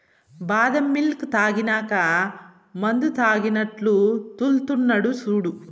బాదం మిల్క్ తాగినాక మందుతాగినట్లు తూల్తున్నడు సూడు